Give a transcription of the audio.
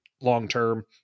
long-term